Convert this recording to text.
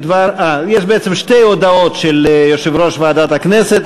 בעצם יש שתי הודעות של יושב-ראש ועדת הכנסת,